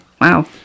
Wow